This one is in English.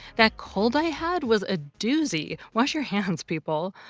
that cold i had was a doozy. wash your hands, people.